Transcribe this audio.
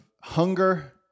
hunger